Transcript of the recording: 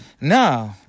No